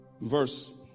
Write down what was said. Verse